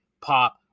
pop